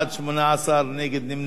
בעד, 18, נגד ונמנעים, אין.